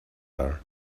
are